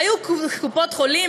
והיו קופות-חולים,